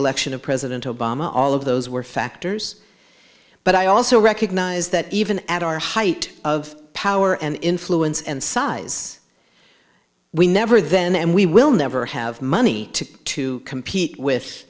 election of president obama all of those were factors but i also recognize that even at our height of power and influence and size we never then and we will never have money to compete with